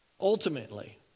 Ultimately